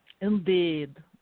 Indeed